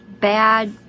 bad